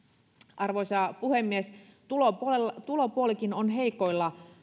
arvoisa puhemies tulopuolikin tulopuolikin on heikoilla